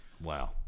Wow